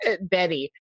betty